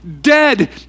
dead